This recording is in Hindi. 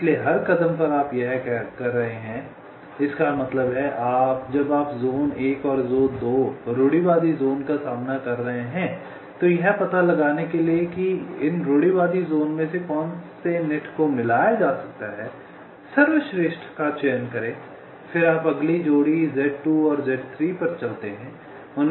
इसलिए हर कदम पर आप यह कर रहे हैं इसका मतलब है जब आप ज़ोन 1 और ज़ोन 2 रूढ़िवादी ज़ोन का सामना कर रहे हैं तो यह पता लगाने के लिए कि इन रूढ़िवादी ज़ोन में से कौन से नेट को मिलाया जा सकता है सर्वश्रेष्ठ का चयन करें फिर आप अगली जोड़ी Z 2 और Z 3 पर चलते हैं